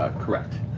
ah correct.